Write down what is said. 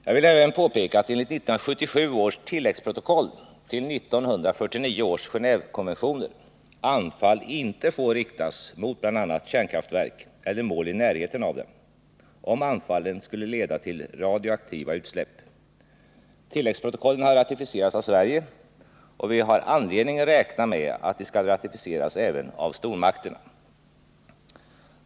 Jag vill även påpeka att enligt 1977 års tilläggsprotokoll till 1949 års Genévekonventioner anfall inte får riktas mot bl.a. kärnkraftverk eller mål i närheten av dem, om anfallen skulle kunna leda till radioaktivt utsläpp. Tilläggsprotokollen har ratificerats av Sverige, och vi har anledning räkna med att de skall ratificeras även av stormakterna.